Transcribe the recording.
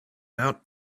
out